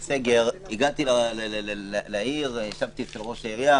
הגעתי לעיר, ישבתי אצל ראש העיר,